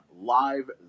live